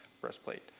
breastplate